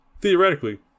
Theoretically